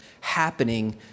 happening